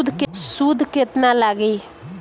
सूद केतना लागी?